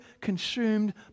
consumed